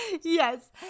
Yes